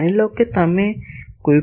માની લો કે તમે કોઈ પણ મુદ્દાને ઠીક કરો છો